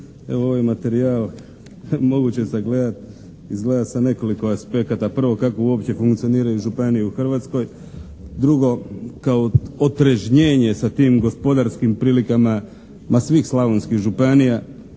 Evo ovaj materijal moguće je sagledati izgleda sa nekoliko aspekata. Prvo kako uopće funkcioniraju županije u Hrvatskoj, drugo kao otrežnjenje sa tim gospodarskim prilikama ma svih slavonskih županija,